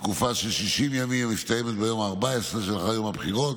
כתקופה של 60 ימים המסתיימת ביום ה-14 שלאחר יום הבחירות.